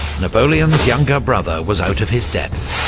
napoleon's younger brother was out of his depth.